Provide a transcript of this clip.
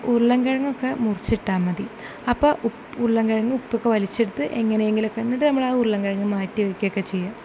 ഉരുളൻ കിഴങ്ങൊക്കെ മുറിച്ചിട്ടാൽ മതി അപ്പോൾ ഉരുളൻ കിഴങ്ങ് ഉപ്പൊക്കെ വലിച്ചെടുത്ത് എങ്ങനേങ്കിലൊക്ക എന്നിട്ട് നമ്മളാ ഉരുളൻ കിഴങ്ങ് മാറ്റി വെക്കൊക്കെ ചെയ്യും